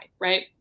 right